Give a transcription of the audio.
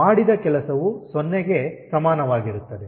ಮಾಡಿದ ಕೆಲಸವು ಸೊನ್ನೆಗೆ ಸಮಾನವಾಗಿರುತ್ತದೆ